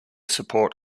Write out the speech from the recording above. support